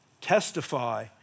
testify